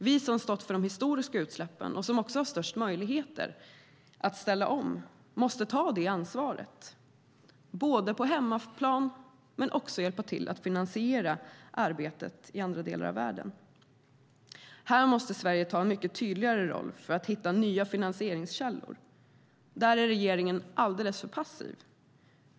Vi som har stått för de historiska utsläppen och också har störst möjligheter att ställa om måste ta detta ansvar, inte bara på hemmaplan utan också genom att hjälpa till att finansiera arbetet i andra delar av världen. Här måste Sverige ta en mycket tydligare roll för att hitta nya finansieringskällor. Där är regeringen alldeles för passiv.